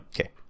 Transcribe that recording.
Okay